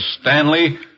Stanley